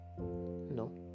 No